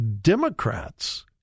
Democrats